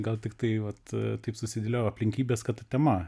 gal tiktai vat taip susidėliojo aplinkybės kad ta tema